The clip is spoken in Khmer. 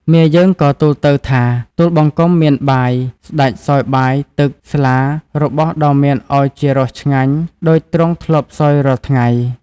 មាយើងក៏ទូលទៅថាទូលបង្គំមានបាយ ស្តេចសោយបាយ ទឹក ស្លា របស់ដ៏មានឱជារសឆ្ងាញ់ដូចទ្រង់ធ្លាប់សោយរាល់ថ្ងៃ។